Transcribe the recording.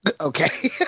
Okay